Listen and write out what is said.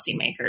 policymakers